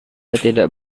tidak